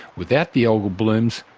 without the algal blooms,